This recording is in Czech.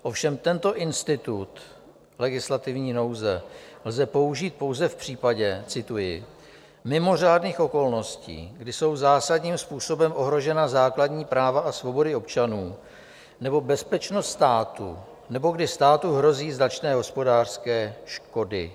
Ovšem tento institut legislativní nouze lze použít pouze v případě cituji: mimořádných okolností, kdy jsou zásadním způsobem ohrožena základní práva a svobody občanů nebo bezpečnost státu nebo když státu hrozí značné hospodářské škody.